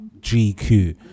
GQ